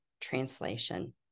Translation